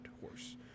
horse